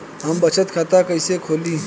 हम बचत खाता कइसे खोलीं?